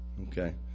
Okay